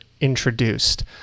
introduced